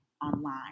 online